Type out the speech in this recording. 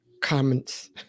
comments